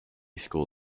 school